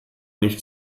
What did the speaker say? nicht